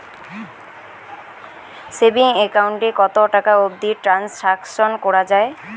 Savings account এ কতো টাকা অবধি ট্রানসাকশান করা য়ায়?